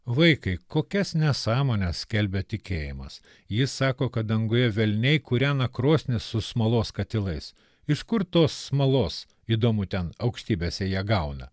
vaikai kokias nesąmones skelbia tikėjimas jis sako kad danguje velniai kūrena krosnį su smalos katilais iš kur tos smalos įdomu ten aukštybėse jie gauna